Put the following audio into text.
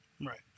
Right